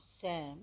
Sam